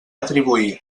atribuir